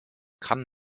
kann